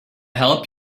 help